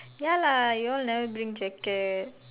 ya lah y'all never bring jacket